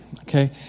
okay